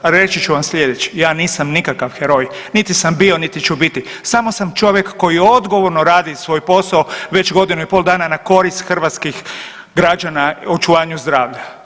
A reći ću vam slijedeće, ja nisam nikakav heroj, niti sam bio, niti ću biti, samo sam čovjek koji odgovorno radi svoj posao već godinu i pol dana na korist hrvatskih građana o očuvanju zdravalja.